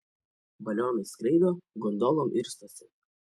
balionais skraido gondolom irstosi